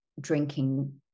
drinking